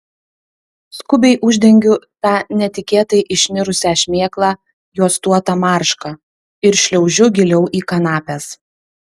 skubiai uždengiu tą netikėtai išnirusią šmėklą juostuota marška ir šliaužiu giliau į kanapes